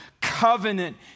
covenant